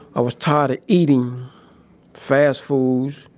i was tired of eating fast foods.